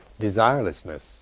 desirelessness